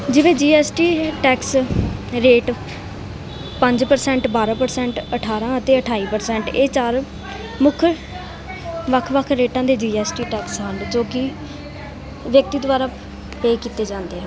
ਜਿਵੇਂ G S T tax rate ਪੰਜ percent ਬਾਰ੍ਹਾਂ ਪ੍ਰਸੈਂਟ ਅਠਾਰਾਂ ਅਤੇ ਅਠਾਈ ਪ੍ਰਸੈਂਟ ਇਹ ਚਾਰ ਮੁੱਖ ਵੱਖ ਵੱਖ ਰੇਟਾਂ ਦੇ ਜੀ ਐਸ ਟੀ ਟੈਕਸ ਹਨ ਜੋ ਕਿ ਵਿਅਕਤੀ ਦੁਆਰਾ ਪੇ ਕੀਤੇ ਜਾਂਦੇ